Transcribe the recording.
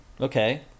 Okay